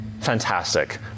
Fantastic